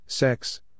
Sex